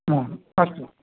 आम् अस्तु